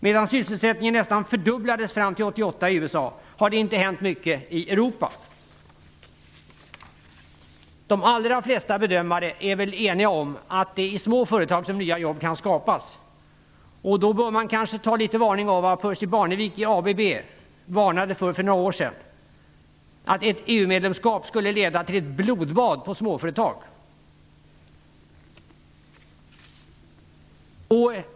Medan sysselsättningen i USA nästan fördubblades fram till 1988 har det inte hänt mycket i Europa. De allra flesta bedömare är eniga om att det är i små företag som nya jobb kan skapas. Då bör man kanske ta i beaktande det som Percy Barnevik i ABB för några år sedan varnade för, nämligen att ett EU medlemskap skulle leda till ett blodbad på småföretag.